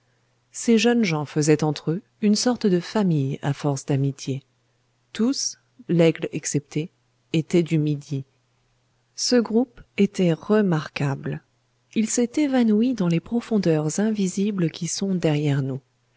ces jeunes gens faisaient entre eux une sorte de famille à force d'amitié tous laigle excepté étaient du midi ce groupe était remarquable il s'est évanoui dans les profondeurs invisibles qui sont derrière nous